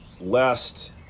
lest